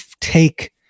take